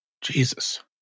Jesus